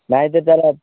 नाही तर त्याला